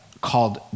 called